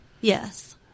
Yes